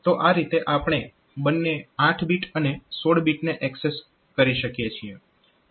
તો આ રીતે આપણે બંને 8 બીટ અને 16 બીટને એક્સેસ કરી શકીએ છીએ